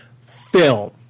film